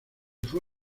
fue